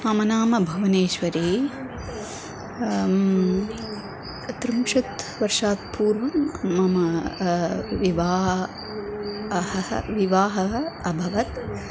मम नाम भुवनेश्वरी त्रिंशत् वर्षात् पूर्वं मम विवाहः विवाहः अभवत्